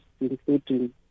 including